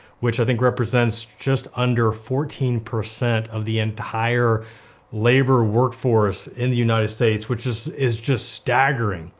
which, i think, represents just under fourteen percent of the entire labor workforce in the united states. which is is just staggering.